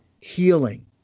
healing